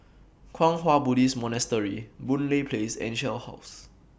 Kwang Hua Buddhist Monastery Boon Lay Place and Shell House